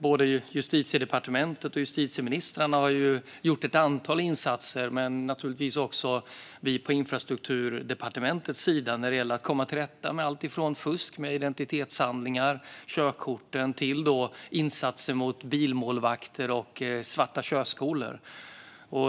Både Justitiedepartementet, justitieministern och Infrastrukturdepartementet har gjort ett antal insatser när det gäller att komma till rätta med alltifrån fusk med identitetshandlingar och körkort till insatser mot bilmålvakter och svarta körskolor.